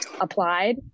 applied